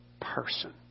person